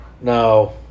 no